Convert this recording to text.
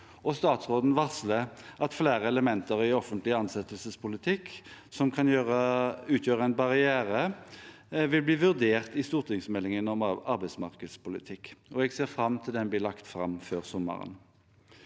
statsråden varsler at flere elementer i offentlig ansettelsespolitikk som kan utgjøre en barriere, vil bli vurdert i stortingsmeldingen om arbeidsmarkedspolitikk. Jeg ser fram til at den blir lagt fram før sommeren.